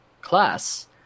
class